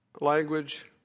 language